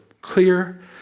clear